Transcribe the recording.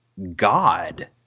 God